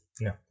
No